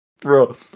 Bro